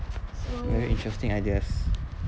very interesting ideas